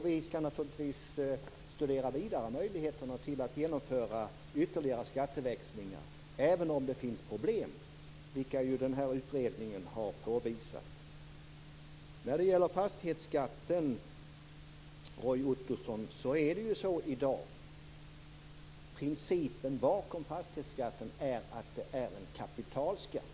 Vi skall naturligtvis vidare studera möjligheterna att genomföra ytterligare skatteväxlingar, även om det finns problem, vilket den här utredningen har påvisat. Principen bakom fastighetsskatten i dag, Roy Ottosson, är att det är en kapitalskatt.